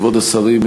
כבוד השרים,